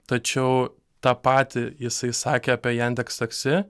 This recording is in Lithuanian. tačiau tą patį jisai sakė apie jandeks taksi